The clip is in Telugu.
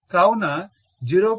కావున 0